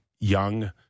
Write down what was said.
young